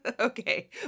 Okay